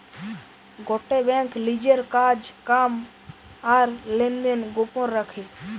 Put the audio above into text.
গটে বেঙ্ক লিজের কাজ কাম আর লেনদেন গোপন রাখে